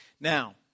Now